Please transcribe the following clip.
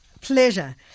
Pleasure